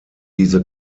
diese